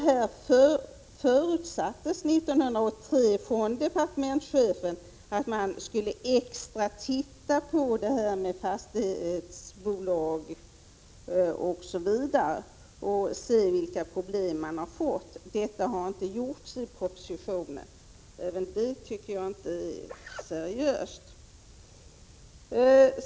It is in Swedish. År 1983 förutsatte departementschefen att man särskilt skulle studera bl.a. fastighetsbolag för att se vilka problem dessa har fått. Detta har inte gjorts i propositionen. Även detta tycker jag är oseriöst.